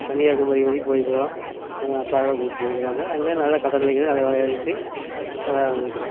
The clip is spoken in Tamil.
கன்னியாகுமரி வரைக்கும் போயிக்கிறோம் அப்பா தான் கூட்டுப் போயிக்கிறாங்க அங்கே நல்லா கடல் அலைகளில் நிறையா விளையாடிட்டு வந்துருக்கிறோம்